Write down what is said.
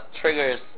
triggers